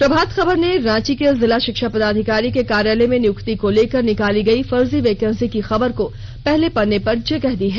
प्रभात खबर ने रांची के जिला शिक्षा पदाधिकारी के कार्यालय में नियुक्ति को लेकर निकाली गयी फर्जी वेकेंसी की खबर को पहले पन्ने पर जगह दी है